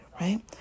right